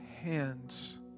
hands